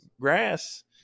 grass